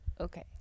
Okay